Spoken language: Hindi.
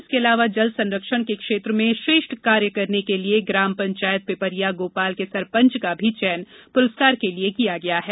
इसके अलावा जल संरक्षण के क्षेत्र में श्रेष्ठ कार्य करने के लिये ग्राम पंचायत पिपरिया गोपाल के सरपंच का भी पुरस्कार के लिये चयन किया गया है